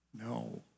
No